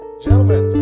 Gentlemen